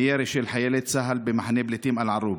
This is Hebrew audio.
מירי של חיילי צה"ל במחנה פליטים אל-ערוב.